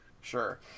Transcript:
Sure